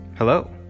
Hello